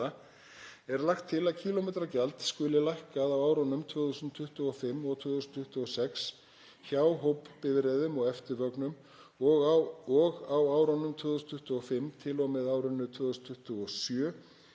er lagt til að kílómetragjald skuli lækkað á árunum 2025 og 2026 hjá hópbifreiðum og eftirvögnum og á árunum 2025 til og með árinu 2027